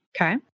Okay